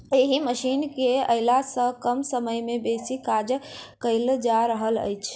एहि मशीन केअयला सॅ कम समय मे बेसी काज कयल जा रहल अछि